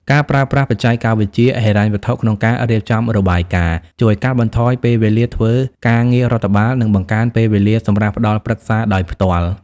ការប្រើប្រាស់បច្ចេកវិទ្យាហិរញ្ញវត្ថុ ក្នុងការរៀបចំរបាយការណ៍ ជួយកាត់បន្ថយពេលវេលាធ្វើការងាររដ្ឋបាល និងបង្កើនពេលវេលាសម្រាប់ផ្ដល់ប្រឹក្សាដោយផ្ទាល់។